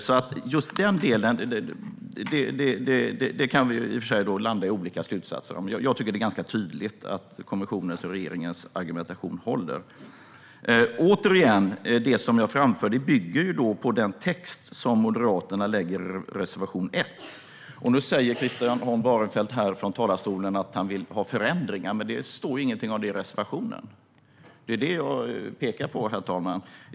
I just den delen kan vi landa i olika slutsatser. Jag tycker själv att det är ganska tydligt att kommissionens och regeringens argumentation håller. Det som jag framför bygger på den text som Moderaterna lagt fram i reservation 1. Nu säger Christian Holm Barenfeld i talarstolen att han vill ha förändringar, men det står ingenting om detta i reservationen. Det är det som jag pekar på, herr talman.